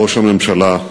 ראש הממשלה,